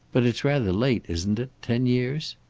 but it's rather late, isn't it? ten years?